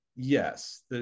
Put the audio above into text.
Yes